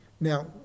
Now